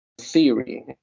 theory